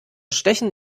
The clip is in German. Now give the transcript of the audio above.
stechen